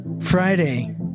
Friday